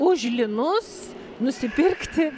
už linus nusipirkti